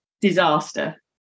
disaster